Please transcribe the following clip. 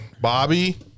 Bobby